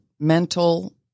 Mental